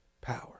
power